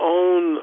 own